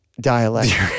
dialect